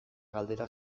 galdera